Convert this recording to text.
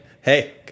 hey